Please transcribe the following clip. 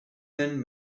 then